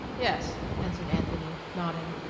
yes, answered anthony, nodding,